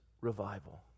revival